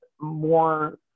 more